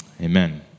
Amen